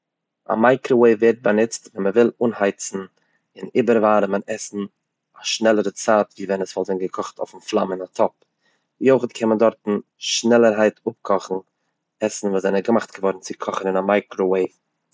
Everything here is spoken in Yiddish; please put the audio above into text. א מייקראוועיוו ווערט באנוצט ווען מ'וויל אנהייצן און איבער ווארעמען עסן אויף א שנעלערע צייט ווי ווען עס וואלט ווען געקאכט אויפן פלאם אין א טאפ, ווי אויך קען מען דארטן שנעלערהייט אפקאכן עסן וואס זענען געמאכט געווארן צו קאכן אין א מייקראוועיוו.